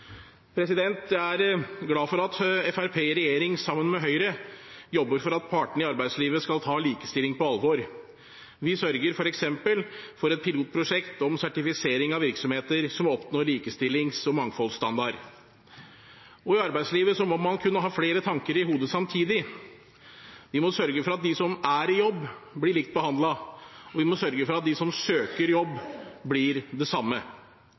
Jeg er glad for at Fremskrittspartiet i regjering, sammen med Høyre, jobber for at partene i arbeidslivet skal ta likestilling på alvor. Vi sørger f.eks. for et pilotprosjekt om sertifisering av virksomheter som oppnår likestillings- og mangfoldstandard. I arbeidslivet må man kunne ha flere tanker i hodet samtidig. Vi må sørge for at de som er i jobb, blir likt behandlet. Vi må sørge for at de som søker jobb, blir det samme.